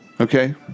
okay